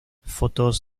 fotos